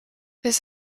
this